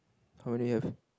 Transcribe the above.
how many you have